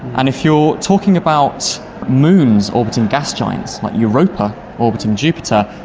and if you're talking about moons orbiting gas giants like europa orbiting jupiter,